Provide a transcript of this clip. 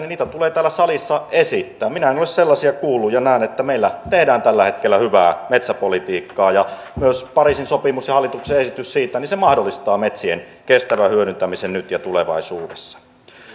tulee täällä salissa esittää minä en ole sellaisia kuullut ja näen että meillä tehdään tällä hetkellä hyvää metsäpolitiikkaa myös pariisin sopimus ja hallituksen esitys siitä mahdollistaa metsien kestävän hyödyntämisen nyt ja tulevaisuudessa